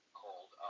called